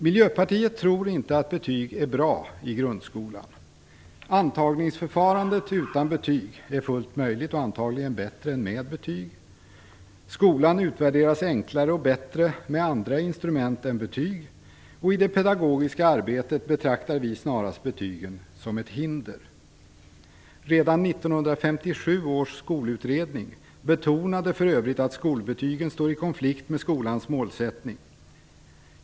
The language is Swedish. Miljöpartiet tror inte att betyg är bra i grundskolan. Antagningsförfarande utan betyg är fullt möjligt och antagligen bättre än med betyg. Skolan utvärderas enklare och bättre med andra instrument än betyg. I det pedagogiska arbetet betraktar vi snarast betygen som ett hinder. Redan 1957 års skolutredning betonade för övrigt att skolbetygen står i konflikt med skolans målsättning.